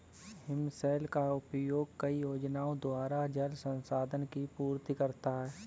हिमशैल का उपयोग कई योजनाओं द्वारा जल संसाधन की पूर्ति करता है